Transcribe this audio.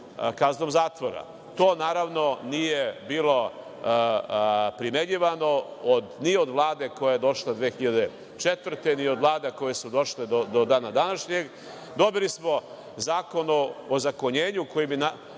kaznom zatvora. To, naravno, nije bilo primenjivano ni od Vlade koja je došla 2004. godine, ni od vlada koje su došle do dana današnjeg. Dobili smo Zakon o ozakonjenju koji bi